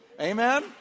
Amen